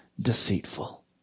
deceitful